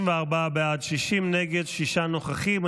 34 בעד, 60 נגד, שישה נוכחים.